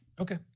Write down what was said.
Okay